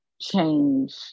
change